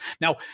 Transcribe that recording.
Now